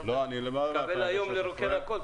אתה מתכוון היום לרוקן הכול.